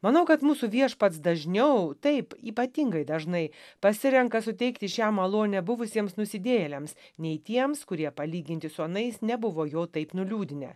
manau kad mūsų viešpats dažniau taip ypatingai dažnai pasirenka suteikti šią malonę buvusiems nusidėjėliams nei tiems kurie palyginti su anais nebuvo jo taip nuliūdinę